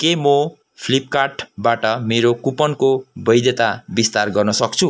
के म फ्लिपकार्टबाट मेरो कुपनको वैधता विस्तार गर्न सक्छु